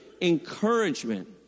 encouragement